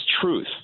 truth